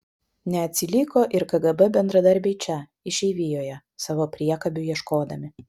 neatsiliko ir kgb bendradarbiai čia išeivijoje savo priekabių ieškodami